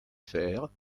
faire